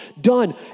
done